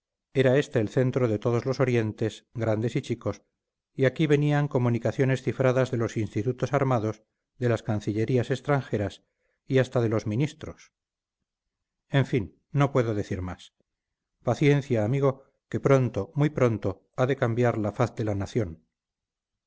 era este el centro de todos los orientes grandes y chicos y aquí venían comunicaciones cifradas de los institutos armados de las cancillerías extranjeras y hasta de los ministros en fin no puedo decir más paciencia amigo que pronto muy pronto ha de cambiar la faz de la nación